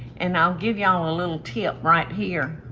and i'll give y'all a little tip right here.